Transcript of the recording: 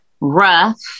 rough